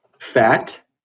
Fat